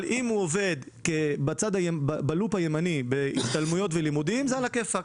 אם זה השתלמויות ולימודים, זה על הכיפאק.